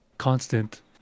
constant